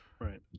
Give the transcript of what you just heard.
Right